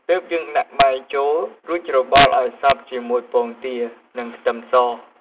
ទើបយើងដាក់បាយចូល រួចច្របល់ឱ្យសព្វជាមួយពងទា និងខ្ទឹមស។